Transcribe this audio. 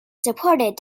supported